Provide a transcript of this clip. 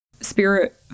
spirit